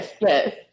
Yes